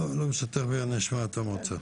לא, תיכף נשמע את המועצה.